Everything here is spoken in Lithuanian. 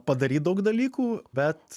padaryt daug dalykų bet